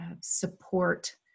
support